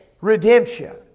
redemption